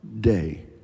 day